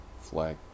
Flag